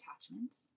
attachments